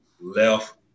left